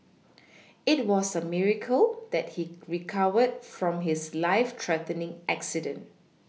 it was a miracle that he recovered from his life threatening accident